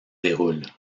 déroulent